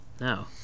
No